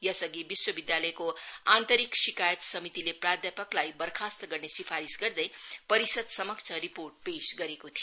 यसअधि विश्विद्यालयको आन्तरिक सिकायत समितिले प्राध्यापकलाई बर्खास्त गर्ने सिफारिश गर्दै परिषहसमक्ष रिपोर्ट पेश गरेको थियो